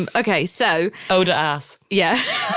and okay. so older ass yeah.